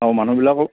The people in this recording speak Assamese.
আৰু মানুহবিলাকক